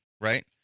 right